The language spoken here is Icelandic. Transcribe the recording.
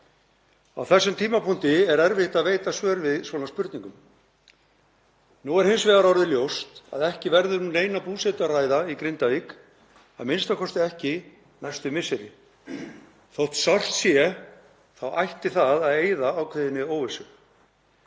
Á þessum tímapunkti er erfitt að veita svör við svona spurningum. Nú er hins vegar orðið ljóst að ekki verður um neina búsetu að ræða í Grindavík, a.m.k. ekki næstu misseri. Þótt sárt sé ætti það að eyða ákveðinni óvissu.